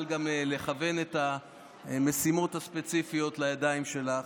לכוון את המשימות הספציפיות לידיים שלך.